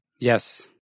Yes